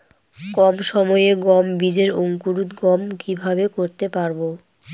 কম সময়ে গম বীজের অঙ্কুরোদগম কিভাবে করতে পারব?